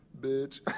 bitch